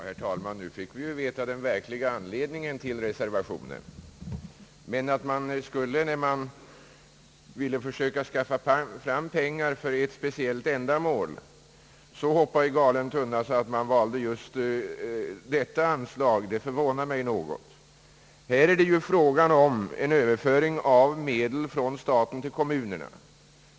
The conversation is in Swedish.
Herr talman! Nu fick vi ju veta den verkliga anledningen till reservationen. Men att man när man ville försöka skaffa fram pengar till ett speciellt ändamål skulle så hoppa i galen tunna att man valde just detta anslag förvånar mig något. Här är det fråga om en överföring av medel från staten till kommunerna.